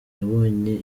yabonye